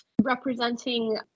representing